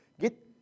Get